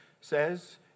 says